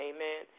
Amen